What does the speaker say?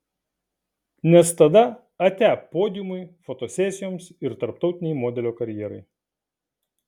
nes tada atia podiumui fotosesijoms ir tarptautinei modelio karjerai